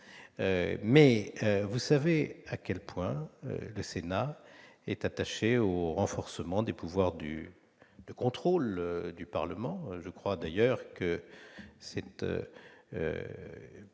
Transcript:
mais vous savez à quel point le Sénat est attaché au renforcement des pouvoirs de contrôle du Parlement. Absolument ! Je crois d'ailleurs que ce